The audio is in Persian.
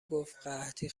گفتقحطی